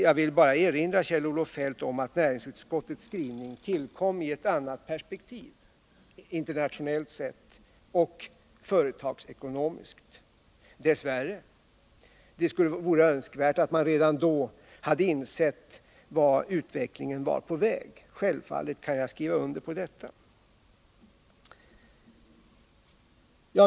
Jag vill bara erinra Kjell-Olof Feldt om att näringsutskottets skrivning tillkom i ett annat perspektiv, internationellt sett och företagsekonomiskt — dess värre. Det vore önskvärt att man redan då hade insett vart utvecklingen var på väg; självfallet kan jag skriva under på detta.